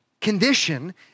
condition